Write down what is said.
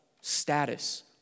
status